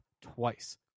twice